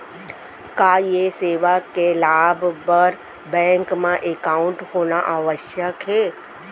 का ये सेवा के लाभ बर बैंक मा एकाउंट होना आवश्यक हे